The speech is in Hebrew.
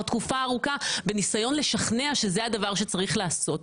תקופה ארוכה בניסיון לשכנע שזה הדבר שצריך לעשות,